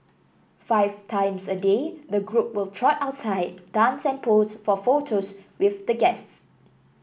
five times a day the group will trot outside dance and pose for photos with the guests